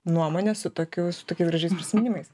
nuomone su tokiu su tokiais gražiais prisiminimais